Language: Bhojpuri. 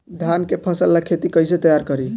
धान के फ़सल ला खेती कइसे तैयार करी?